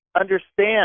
understand